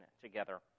together